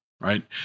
right